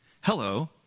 Hello